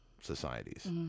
societies